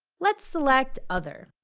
let's select other.